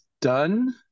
done